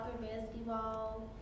basketball